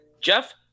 Jeff